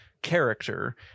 Character